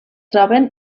troben